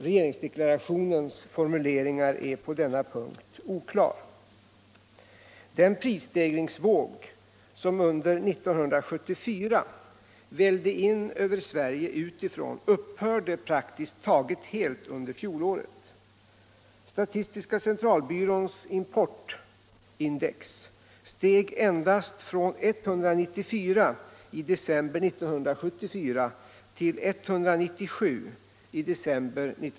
Regeringsdeklarationen är på denna punkt oklar.